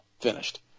finished